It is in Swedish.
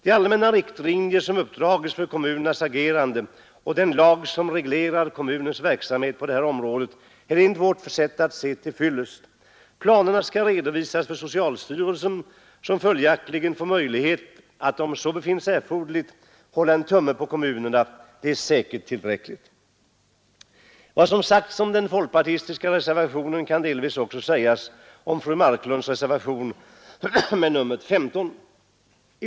De allmänna riktlinjer som uppdragits för kommunernas agerande och den lag som reglerar kommunernas verksamhet på detta område är enligt vårt sätt att se till fyllest. Planerna skall redovisas för socialstyrelsen som följaktligen får möjlighet att — om så befinnes erforderligt — hålla en tumme på kommunerna. Det är säkert tillräckligt. Vad som sagts om den folkpartistiska reservationen kan delvis också sägas om fru Marklunds reservation nr 15.